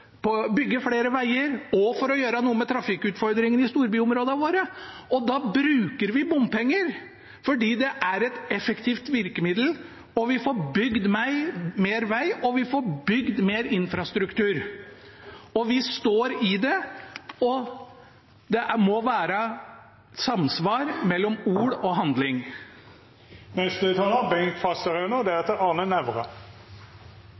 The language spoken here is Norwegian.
bygge flere veier og gjøre noe med trafikkutfordringene i storbyområdene våre. Da bruker vi bompenger fordi det er et effektivt virkemiddel. Vi får bygd mer vei, og vi får bygd mer infrastruktur. Vi står i det, og det må være samsvar mellom ord og handling.